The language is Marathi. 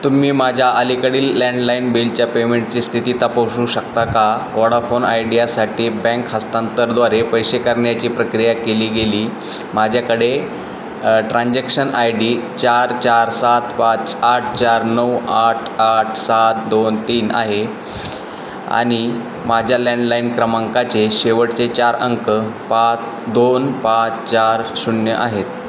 तुम्ही माझ्या अलीकडील लँडलाईन बिलच्या पेमेंटची स्थिती तपासू शकता का वडाफोन आयडियासाठी बँक हस्तांतरणाद्वारे पैशे करण्याची प्रक्रिया केली गेली माझ्याकडे ट्रान्झॅक्शन आय डी चार चार सात पाच आठ चार नऊ आठ आठ सात दोन तीन आहे आणि माझ्या लँडलाईन क्रमांकाचे शेवटचे चार अंक पाच दोन पाच चार शून्य आहेत